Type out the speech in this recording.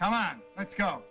come on let's go